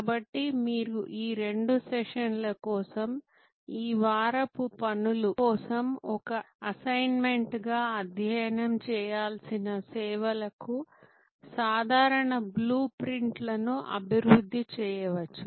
కాబట్టి మీరు ఈ రెండు సెషన్ల కోసం ఈ వారపు పనుల కోసం ఒక అసైన్మెంట్గా అధ్యయనం చేయాల్సిన సేవలకు సాధారణ బ్లూ ప్రింట్ లను అభివృద్ధి చేయవచ్చు